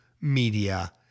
media